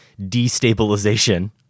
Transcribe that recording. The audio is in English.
destabilization